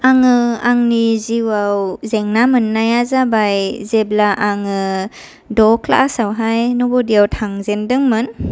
आङो आंनि जिउयाव जेंना मोन्नाया जाबाय जेब्ला आङो द' क्लासयावहाय नवोदयआव थांजेनदोंमोन